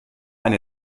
eine